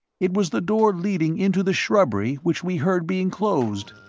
it was the door leading into the shrubbery which we heard being closed!